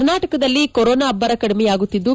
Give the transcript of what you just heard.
ಕರ್ನಾಟಕದಲ್ಲಿ ಕೊರೊನಾ ಅಬ್ಬರ ಕಡಿಮೆಯಾಗುತ್ತಿದ್ದು